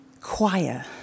choir